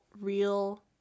real